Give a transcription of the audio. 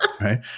right